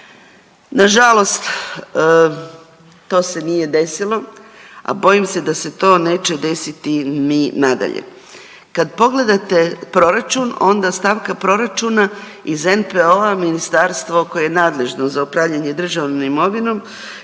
Nažalost, to se nije desilo, a bojim se da se to neće desiti ni nadalje. Kad pogledate proračun onda stavka proračuna iz NPO-a ministarstvo koje je nadležno za upravljanje državnom imovinom